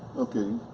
okay.